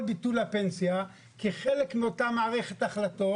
ביטול הפנסיה כחלק מאותה מערכת החלטות.